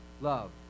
love